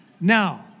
Now